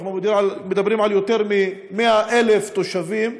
אנחנו מדברים על יותר מ-100,000 תושבים.